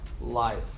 life